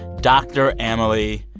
dr. amelie,